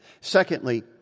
Secondly